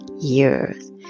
years